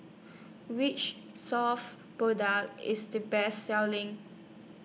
Which Soft IS The Best Selling